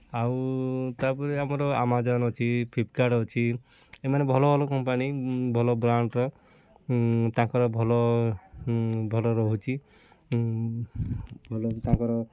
ଆଉ ତାପରେ ଆମର ଆମାଜନ୍ ଅଛି ଫ୍ଲିପକାର୍ଟ୍ ଅଛି ଏମାନେ ଭଲ ଭଲ କମ୍ପାନୀ ଭଲ ବ୍ରାଣ୍ଡ୍ର ତାଙ୍କର ଭଲ ଭଲ ରହୁଛି ଭଲ ବି ତାଙ୍କର